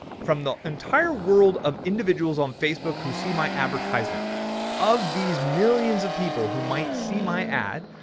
from the entire world of individuals on facebook who see my advertisement of these millions of people who might see my ad,